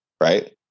right